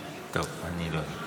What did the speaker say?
טוב, אני לא יודע.